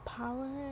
Power